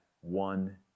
one